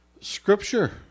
Scripture